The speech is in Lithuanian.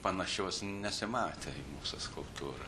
panašios nesimatė į mūsų skulptūrą